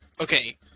okay